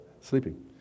sleeping